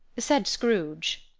said scrooge.